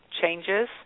changes